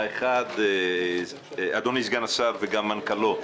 אדוני סגן השר ומנכ"לו: